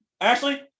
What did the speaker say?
Ashley